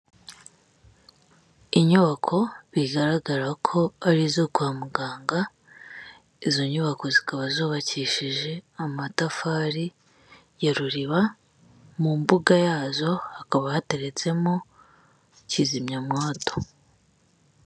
Inyubako bigaragara ko ari izo kwa muganga, izo nyubako zikaba zubakishije amatafari ya Ruriba, mu mbuga yazo hakaba hateretsemo kizimyamwoto.